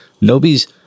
Nobody's